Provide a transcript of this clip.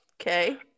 Okay